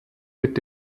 mit